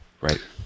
Right